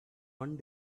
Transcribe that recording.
one